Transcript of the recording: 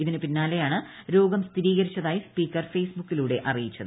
ഇതിന് പിന്നാലെയാണ് രോഗം സ്ഥിരീകരിച്ചതായി സ്പീക്കർ ഫേസ്ബുക്കിലൂട്ട് ്ആറിയിച്ചത്